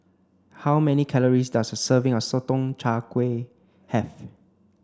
how many calories does a serving of Sotong Char Kway have